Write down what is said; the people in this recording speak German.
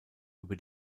über